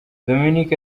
dominic